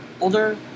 older